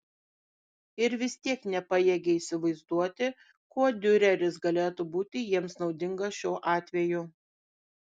ir vis tiek nepajėgė įsivaizduoti kuo diureris galėtų būti jiems naudingas šiuo atveju